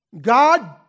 God